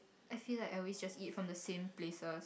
I feel like I always just eat from the same places